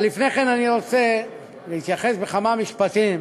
אבל לפני כן אני רוצה להתייחס בכמה משפטים